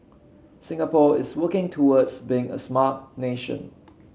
Singapore is working towards being a Smart Nation